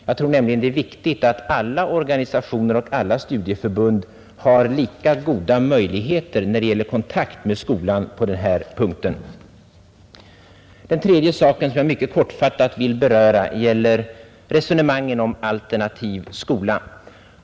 Jag tror nämligen att det är viktigt att alla organisationer och studieförbund har lika stora möjligheter när det gäller denna speciella form för kontakt med skolan. Den tredje punkten som jag mycket kortfattat vill beröra gäller resonemangen om alternativ skola.